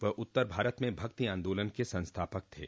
वह उत्तर भारत में भक्ति आंदोलन के संस्थापक थे